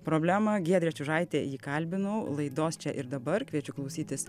problemą giedrė čiužaitė jį kalbinau laidos čia ir dabar kviečiu klausytis